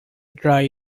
dry